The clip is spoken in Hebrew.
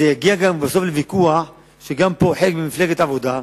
בסוף זה יגיע לוויכוח שגם פה, חלק ממפלגת העבודה,